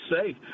safe